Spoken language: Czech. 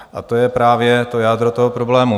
A to je právě to jádro toho problému.